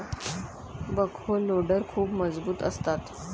backhoe loader खूप मजबूत असतात